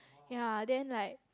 ya then like